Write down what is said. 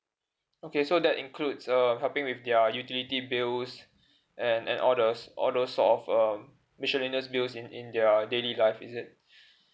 okay so that includes uh helping with their utility bills and and all those all those sort of um miscellaneous bills in in their daily life is it